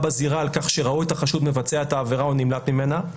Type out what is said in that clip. בזירה על-כך שראו את החשוד מבצע את העבירה או נמלט ממנה,